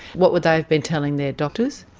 what would they have been telling their doctors?